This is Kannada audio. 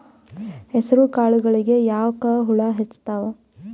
ಹೆಸರ ಕಾಳುಗಳಿಗಿ ಯಾಕ ಹುಳ ಹೆಚ್ಚಾತವ?